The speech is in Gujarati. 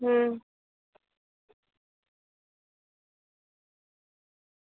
હં